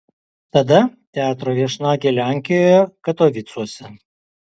tada teatro viešnagė lenkijoje katovicuose